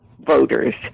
voters